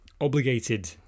obligated